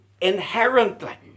inherently